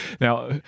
Now